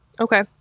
Okay